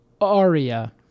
aria